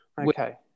Okay